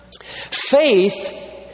Faith